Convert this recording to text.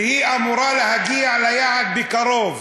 והיא אמורה להגיע ליעד בקרוב,